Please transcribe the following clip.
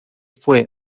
fue